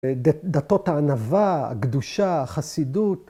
‫דתות הענבה, הקדושה, החסידות.